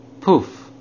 Poof